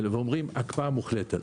ואומרים: הקפאה מוחלטת.